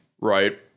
right